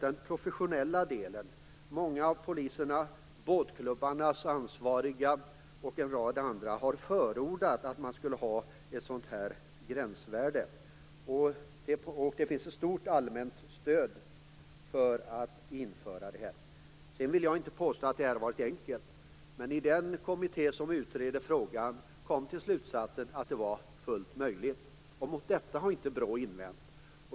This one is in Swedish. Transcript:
Den professionella delen - många av poliserna, båtklubbarnas ansvariga och en rad andra - har förordat ett gränsvärde. Det finns ett stort allmänt stöd för att införa det. Sedan vill jag inte påstå att det har varit enkelt. Den kommitté som utreder frågan kom till slutsatsen att det var fullt möjligt. Mot detta har inte BRÅ invänt.